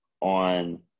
on